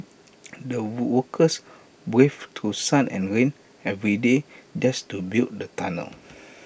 the workers waved to sun and rain every day just to build the tunnel